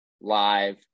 live